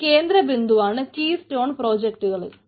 ഒരു കേന്ദ്രബിന്ദുവാണ് keystone പ്രൊജക്ടുകളിൽ